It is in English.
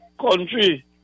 country